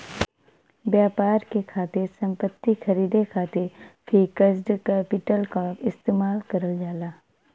व्यापार के खातिर संपत्ति खरीदे खातिर फिक्स्ड कैपिटल क इस्तेमाल करल जाला